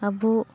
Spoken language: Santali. ᱟᱵᱚ